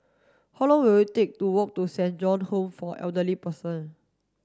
how long will it take to walk to Saint John Home for Elderly Persons